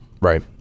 right